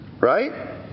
right